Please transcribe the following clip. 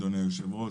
אדוני היושב-ראש,